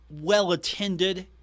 well-attended